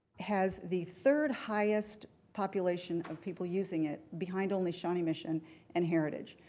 has the third highest population of people using it, behind only shawnee mission and heritage.